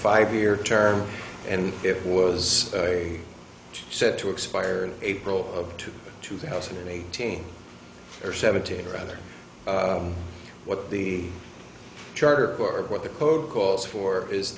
five year term and it was set to expire april of two two thousand and eighteen or seventeen rather what the charter or what the code calls for is